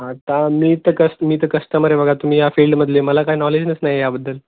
आता मी तर कसं मी तर कस्टमर आहे बघा तुम्ही या फील्डमधले मला काय नॉलेजच नाही याबद्दल